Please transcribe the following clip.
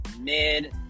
mid